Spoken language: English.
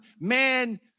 man